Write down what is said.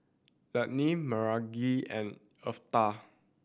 Lannie Margrett and Eartha